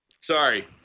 Sorry